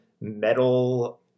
metal